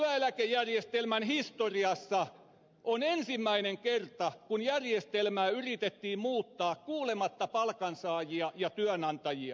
työeläkejärjestelmän historiassa on ensimmäinen kerta kun järjestelmää yritettiin muuttaa kuulematta palkansaajia ja työnantajia